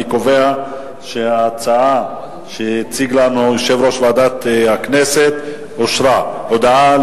הצעת ועדת הכנסת להוספת פרק חמישי בחלק